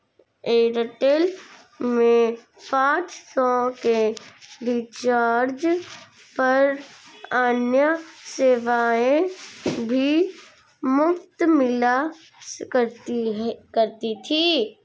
Airtel में पाँच सौ के रिचार्ज पर अन्य सेवाएं भी मुफ़्त मिला करती थी